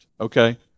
okay